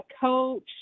coach